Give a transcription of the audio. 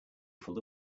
full